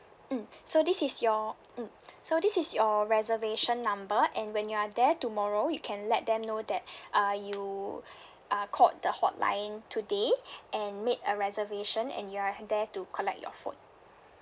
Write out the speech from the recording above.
mm so this is your mm so this is your reservation number and when you are there tomorrow you can let them know that uh you uh called the hotline today and made a reservation and you're there to collect your phone